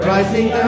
Rising